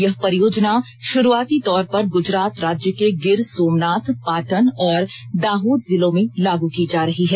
यह परियोजना शुरूआती तौर पर गुजरात राज्य के गिर सोमनाथ पाटन और दाहोद जिलों में लागू की जा रही है